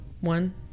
One